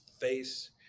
face